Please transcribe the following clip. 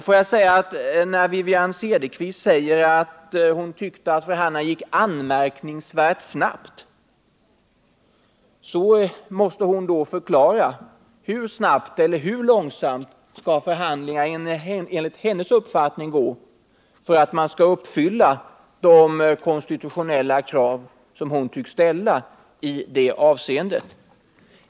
Får jag säga att eftersom Wivi-Anne Cederqvist tyckte att förhandlingarna gick ”anmärkningsvärt snabbt”, så måste hon förklara hur snabbt eller hur långsamt förhandlingar enligt hennes uppfattning skall gå för att man skall uppfylla de konstitutionella krav som hon tycks ställa i det avseendet.